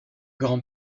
grand